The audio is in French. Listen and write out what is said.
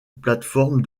plateforme